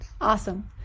Awesome